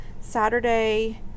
Saturday